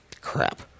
crap